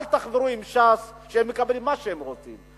אל תחברו לש"ס, שהם מקבלים מה שהם רוצים.